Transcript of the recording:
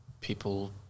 people